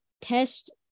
test